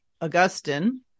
Augustine